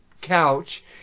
couch